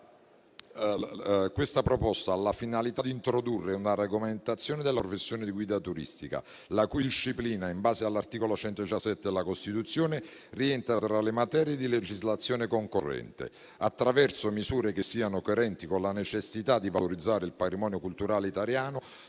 questa proposta ha la finalità di introdurre una regolamentazione della professione di guida turistica, la cui disciplina, in base all'articolo 117 della Costituzione, rientra tra le materie di legislazione concorrente, attraverso misure coerenti con la necessità di valorizzare il patrimonio culturale italiano